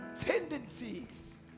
tendencies